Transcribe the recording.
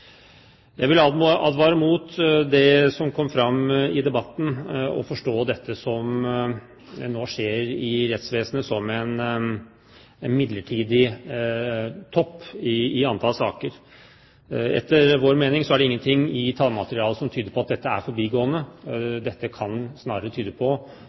Jeg vil advare mot, som det kom fram i debatten, å forstå det som nå skjer i rettsvesenet, som en midlertidig topp i antall saker. Etter vår mening er det ingenting i tallmaterialet som tyder på at dette er forbigående. Det kan snarere tyde på